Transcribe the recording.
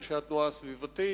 אנשי התנועה הסביבתית,